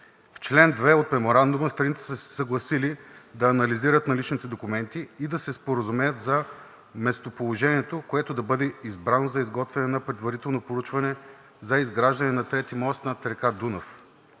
В чл. 2 от Меморандума страните са се съгласили да анализират наличните документи и да се споразумеят за местоположението, което да бъде избрано за изготвяне на предварително проучване за изграждане на трети мост над река Дунав